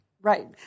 Right